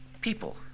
people